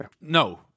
No